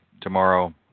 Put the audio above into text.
tomorrow